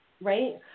right